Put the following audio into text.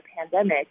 pandemic